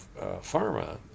Pharma